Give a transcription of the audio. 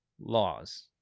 laws